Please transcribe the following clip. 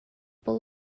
bowl